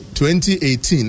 2018